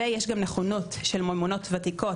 ויש גם נכונות של ממונות ותיקות,